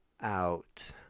out –